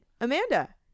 Amanda